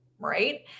right